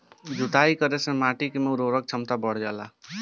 जुताई करे से माटी के उर्वरक क्षमता बढ़ जाला